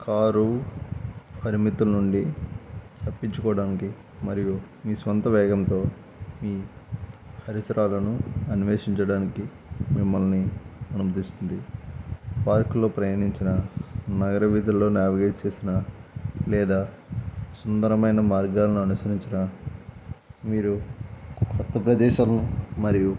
car పరిమితుల నుండి తప్పించుకోవడానికి మరియు మీ సొంత వేగంతో మీ పరిసరాలను అన్వేషించడానికి మిమ్మల్ని అనుమతిస్తుంది పార్కులో ప్రయాణించిన నగర వీధుల్లో నావిగేట్ చేసిన లేదా సుందరమైన మార్గాలను అనుసరించిన మీరు కొత్త ప్రదేశాలను మరియు